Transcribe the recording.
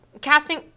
Casting